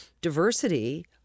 diversity